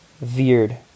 veered